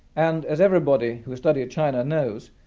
and as everybody who has studied china knows,